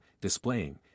displaying